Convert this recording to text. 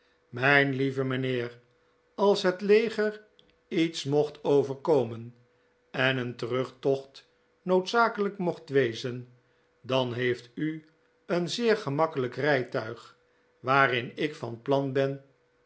mijn lieve mijnheer als het leger iets mocht overkomen en een terugtocht noodzakelijk mocht wezen dan heeft u een zeer gemakkelijk rijtuig waarin ik van plan ben